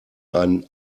einen